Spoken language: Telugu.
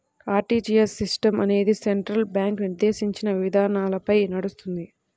ఆర్టీజీయస్ సిస్టం అనేది సెంట్రల్ బ్యాంకు నిర్దేశించిన విధానాలపై నడుస్తుంది